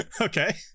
Okay